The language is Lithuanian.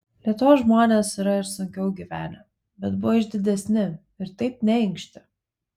lietuvos žmonės yra ir sunkiau gyvenę bet buvo išdidesni ir taip neinkštė